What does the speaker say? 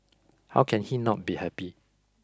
how can he not be happy